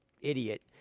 idiot